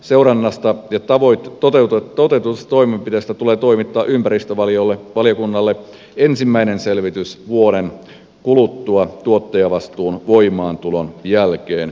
seurannasta ja toteutetuista toimenpiteistä tulee toimittaa ympäristövaliokunnalle ensimmäinen selvitys vuoden kuluttua tuottajavastuun voimaantulon jälkeen